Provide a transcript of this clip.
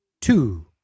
two